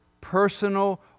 personal